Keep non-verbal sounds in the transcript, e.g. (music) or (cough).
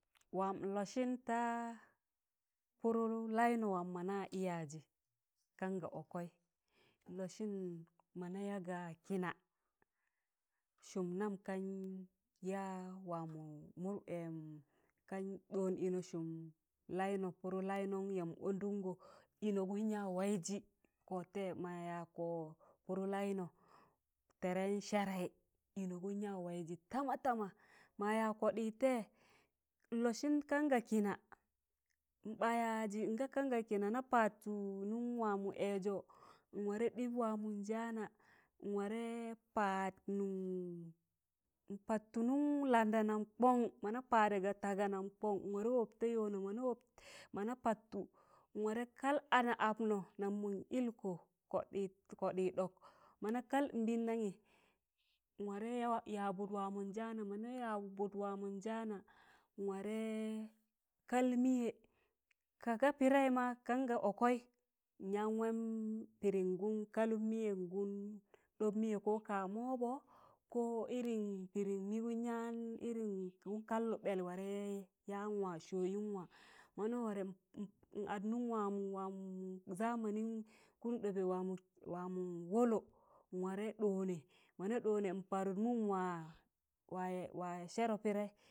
waam nlọsịn ta pụrụ laịnọ waam mọna ị yaịzị kan ga ọkẹị nlọsịn mọna yaa ga kịna sụụm nam kan ya wamọ mum (hesitation) kan ɗọn ịnọ sụm laịnọ pụrụ laịnọm yamb ọndụngọ ịnọ gụm ya waịzị kọd tẹ ma ya kọ pụrụ laịnọ tẹẹrẹm sẹẹrẹị ịnọ gụm ya waịzị tama tama ma ya kọɗịịtẹ nlọsịn kanga kịna n ɓ̣a yajị nga kan ga kịna na padtụ nụm wamọ ẹẹzọ nwarẹ ɗịb wamọn njana nwarẹ pad nụm npadtụ nụm landa nam kọn mọna padẹ ga taaga nam kọn nwarẹ wọp ta yọnọ, mọna wọp. mọna padtụ nwarẹ kal ana apnọ nam mọn ịlkọ kọɗịị ɗọk mọna kal nbịndaṇyị nwarẹ yabụd waamọn jaana mọna yabụd waamọn jaana nwarẹ kal mịyẹ kaaga pịdẹị ma kan ga ọkẹị nyam waan pịdịm gụm kalụn mịyẹm gụn ɗọb mịyẹ ko kama wọbọ ko irin pịdịm mịgụn yan irin gụm kallụ ɓẹl warẹ yaan wa sọọụn waa mọna warẹ n'adnụm wamọ zamani kụm ɗọbẹ wamọ wọlọ nwarẹ ɗọọnẹ mọna ɗọọnẹ nparụd mụm wa, wa sẹẹrọ pịdẹi.